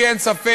לי אין ספק,